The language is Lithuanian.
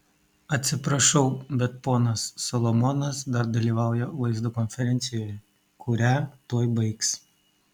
atsiprašau bet ponas solomonas dar dalyvauja vaizdo konferencijoje kurią tuoj baigs